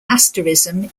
asterism